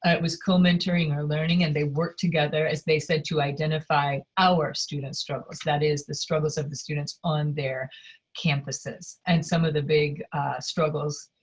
it was co-mentoring or learning and they worked together, as they said, to identify our students' struggles that is, the struggles of the students on their campuses. and some of the big struggles